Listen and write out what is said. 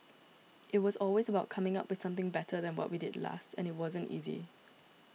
it was always about coming up with something better than what we did last and it wasn't easy